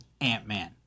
Ant-Man